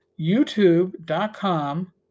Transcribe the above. youtube.com